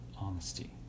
honesty